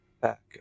back